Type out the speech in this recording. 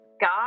God